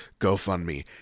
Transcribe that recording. GoFundMe